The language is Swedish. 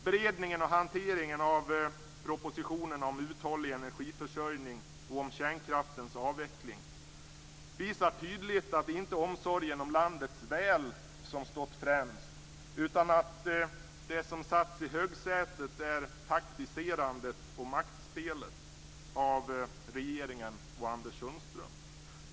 Beredningen och hanteringen av propositionerna om en uthållig energiförsörjning och om kärnkraftens avveckling visar tydligt att det inte är omsorgen om landets väl som stått främst, utan att det som satts i högsätet är taktiserandet och maktspelet av regeringen och Anders Sundström.